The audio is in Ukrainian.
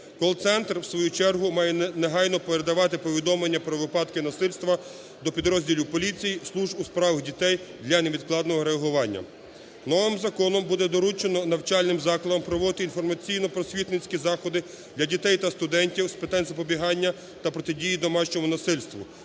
Колл-центр в свою чергу має негайно передавати повідомлення про випадки насильства до підрозділів поліції, служб у справах дітей для невідкладного реагування. Новим законом буде доручено навчальним закладам проводити інформаційно-просвітницькі заходи для дітей та студентів з питань запобігання та протидії домашньому насильству,